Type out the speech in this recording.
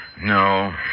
No